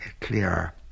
clear